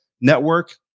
Network